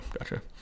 gotcha